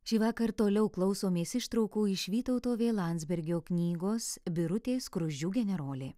šįvakar toliau klausomės ištraukų iš vytauto vė landsbergio knygos birutė skruzdžių generolė